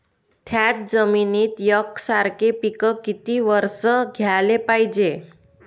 थ्याच जमिनीत यकसारखे पिकं किती वरसं घ्याले पायजे?